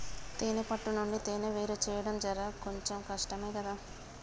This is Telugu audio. తేనే పట్టు నుండి తేనెను వేరుచేయడం జర కొంచెం కష్టమే గదా